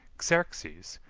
xerxes,